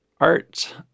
art